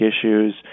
issues